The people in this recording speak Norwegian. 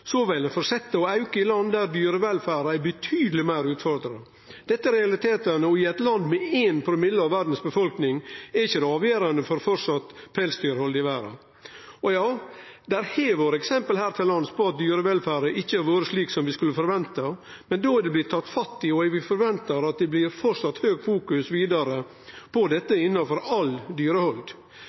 Så realitetane blir at dersom ein avviklar pelsdyrnæringa her til lands, vil ho fortsetje å auke i land der dyrevelferda er betydeleg meir utfordra. Dette er realitetane, og eit land med 1 promille av verdas befolkning er ikkje avgjerande for om det framleis skal vere pelsdyrhald i verda. Og ja, det har vore eksempel her til lands på at dyrevelferda ikkje har vore slik som vi kunne forvente, men då er det blitt tatt fatt i, og vi forventar at ein vidare framleis fokuserer veldig på dette innanfor alt dyrehald.